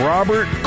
Robert